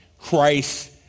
Christ